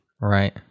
Right